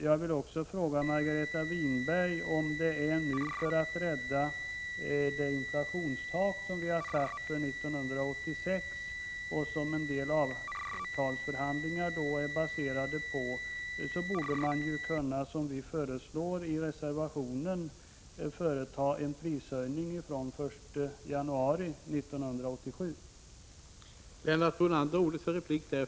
Jag vill fråga Margareta Winberg om hon inte anser att man, om syftet är att rädda det inflationstak som vi har satt för 1986 och som en del avtalsförhandlingar är baserade på, borde kunna företa en prishöjning från den 1 januari 1987, som vi föreslår i reservationen.